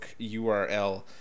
URL